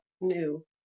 new